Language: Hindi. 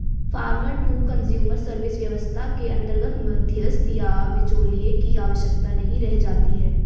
फार्मर टू कंज्यूमर सर्विस व्यवस्था के अंतर्गत मध्यस्थ या बिचौलिए की आवश्यकता नहीं रह जाती है